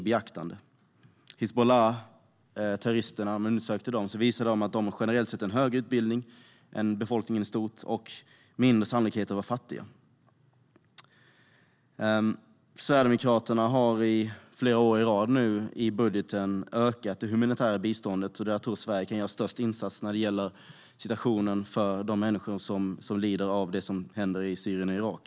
Man visade också att Hizbollahterroristerna generellt sett har en högre utbildning än befolkningen i stort. Sannolikheten för att fattiga skulle begå terroristhandlingar var mindre. Sverigedemokraterna har i flera år i rad i sin budget ökat det humanitära biståndet till områden där Sverige kan göra störst insats, alltså situationen för de människor som lider av det som händer i Syrien och Irak.